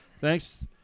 Thanks